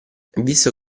visto